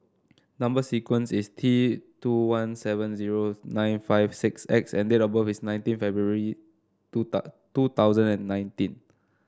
number sequence is T two one seven zero nine five six X and date of birth is nineteen February two two thousand and nineteen